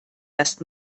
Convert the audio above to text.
erst